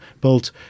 built